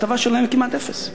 ההטבה שלהם היא כמעט אפס.